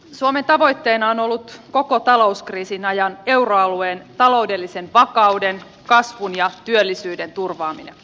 suomen tavoitteena on ollut koko talouskriisin ajan euroalueen taloudellisen vakauden kasvun ja työllisyyden turvaaminen